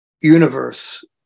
universe